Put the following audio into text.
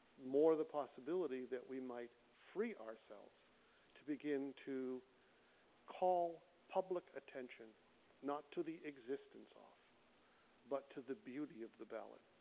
more the possibility that we might free ourselves to begin to call public attention not to the existence of but to the beauty of the ballad.